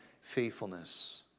faithfulness